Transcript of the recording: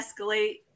escalate